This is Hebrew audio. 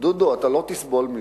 דודו, אתה לא תסבול מזה.